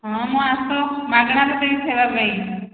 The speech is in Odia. ହଁ ମ ଆସ ମାଗଣାରେ ଦେବି ଖାଇବା ପାଇଁ